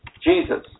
Jesus